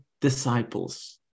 disciples